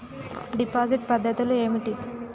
Deposit పద్ధతులు ఏమిటి?